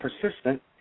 persistent